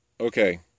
Okay